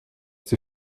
die